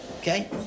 Okay